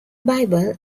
bible